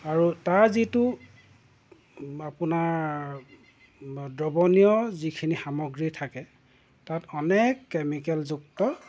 আৰু তাৰ যিটো আপোনাৰ দ্ৰৱনীয় যিখিনি সামগ্ৰী থাকে তাত অনেক কেমিকেলযুক্ত